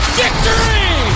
victory